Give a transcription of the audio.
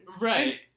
Right